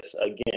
again